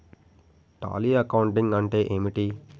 Tally accounting అంటే ఏమిటి?